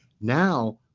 Now